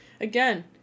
Again